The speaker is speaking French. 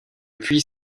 puits